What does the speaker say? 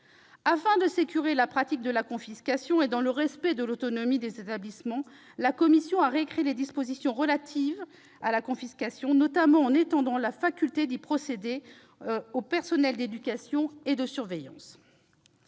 Afin de sécuriser la pratique de la confiscation et dans le respect de l'autonomie des établissements, ils ont par ailleurs récrit les dispositions relatives à la confiscation, notamment en étendant la faculté d'y procéder aux personnels d'éducation et de surveillance.